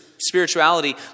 spirituality